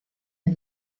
den